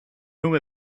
whom